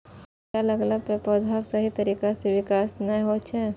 कीड़ा लगला पर पौधाक सही तरीका सं विकास नै होइ छै